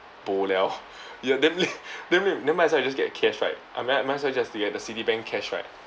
bo liao ya then la~ then wait then might as well I just get a cash right I mean I might as well just to get the citibank cash right